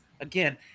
again